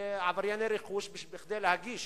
עברייני רכוש, שכדי להשיג